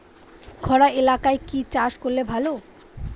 খরা এলাকায় কি চাষ করলে ভালো?